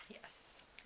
Yes